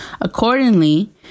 Accordingly